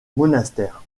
monastère